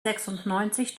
sechsundneunzig